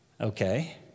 Okay